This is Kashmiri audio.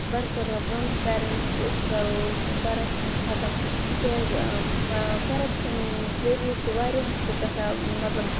برَقرار ٹرٛانسپیرَنسی تہٕ أسۍ کَرو کَرَپشَن ختم تِکیٛازِ کَرَپشَن ذٔریعہِ چھِ واریَہَن سۭتۍ گژھان مطلب